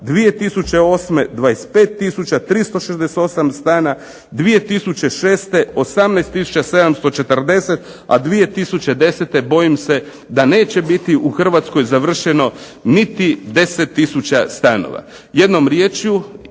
2008. 25 tisuća 368 stana, 2006. 18 tisuća 740, a 2010. bojim se da neće biti u Hrvatskoj završeno niti 10 tisuća stanova. Jednom riječju